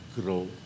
grow